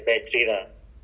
ya